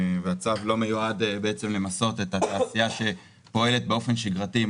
הצו לא מיועד למסות את התעשייה שפועלת באופן שגרתי עם